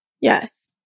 Yes